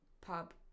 Pub